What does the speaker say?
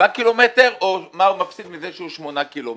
שבעה קילומטרים או מה הוא מפסיד מכך שהוא שמונה קילומטרים.